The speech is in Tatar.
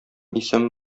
исеме